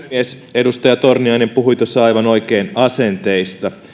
edustaja torniainen puhui tuossa aivan oikein asenteista